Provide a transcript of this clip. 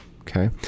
okay